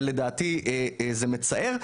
ולדעתי זה מצער.